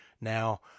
now